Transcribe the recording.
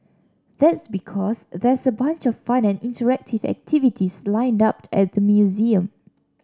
that's because there's a bunch of fun and interactive activities lined up at the museum